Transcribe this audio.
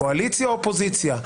קואליציה ואופוזיציה,